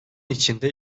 içinde